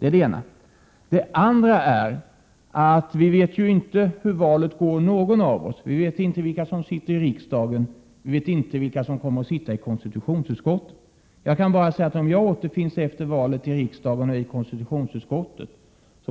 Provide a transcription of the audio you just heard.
Inte någon av oss vet hur valet kommer att gå. Vi vet inte vilka som kommer att sitta i riksdagen och inte heller vilka som kommer att ingå i konstitutionsutskottet. Om jag efter valet återfinns i riksdagen och i konstitutionsutskottet,